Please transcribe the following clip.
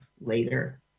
later